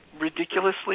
ridiculously